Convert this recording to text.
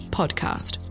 podcast